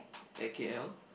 at k_l